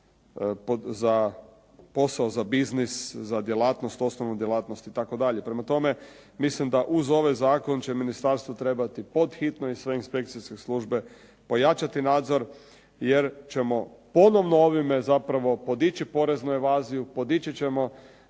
za posao, za biznis, za djelatnost, osnovnu djelatnost itd. Prema tome, mislim da uz ovaj zakon će ministarstvo trebati pod hitno i sve inspekcijske službe pojačati nadzor jer ćemo ponovno ovime zapravo podići poreznu evaziju, podići ćemo